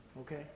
okay